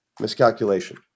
miscalculation